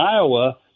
Iowa